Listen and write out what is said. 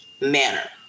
manner